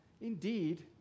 indeed